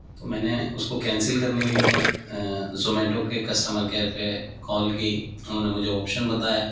تو میں نے اس کو کینسل کرنے کے لیے زمیٹو کے کسٹمر کیئر پہ کال کی انہوں نے مجھے آپشن بتایا